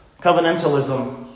Covenantalism